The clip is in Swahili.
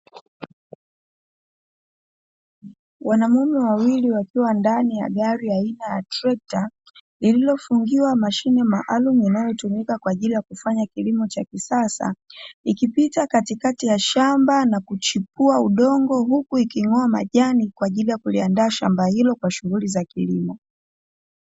Wanaume wawili wakiwa ndani ya gari aina ya trekta, lililofungiwa mashine maalumu inayotumika kwa ajili ya kilimo cha kisasa. Ikipita katikati ya shamba na kuchipua udongo huku iking'oa majani kwa ajili ya kuliandaa shamba hilo kwa ajili kilimo.